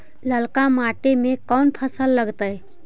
ललका मट्टी में कोन फ़सल लगतै?